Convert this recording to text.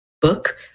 book